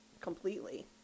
completely